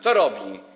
Co robi?